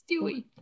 Stewie